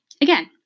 again